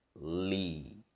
Lee